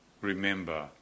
remember